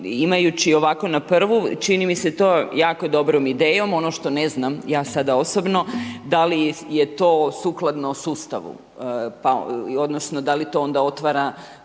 Imajući ovako na prvu, čini mi se to jako dobro idejom. Ono što ne znam, ja sada osobno, da li je to sukladno sustavu, odnosno, da li to onda otvara